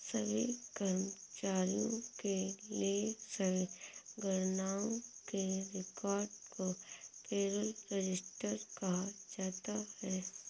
सभी कर्मचारियों के लिए सभी गणनाओं के रिकॉर्ड को पेरोल रजिस्टर कहा जाता है